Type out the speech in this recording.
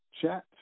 Chat